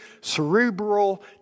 cerebral